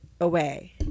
away